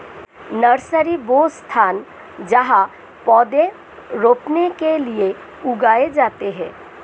nursery, वह स्थान जहाँ पौधे रोपने के लिए उगाए जाते हैं